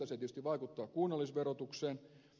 se tietysti vaikuttaa kunnallisverotukseen